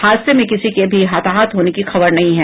हादसे में किसी के भी हताहत होने की खबर नहीं हैं